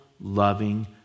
loving